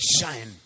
shine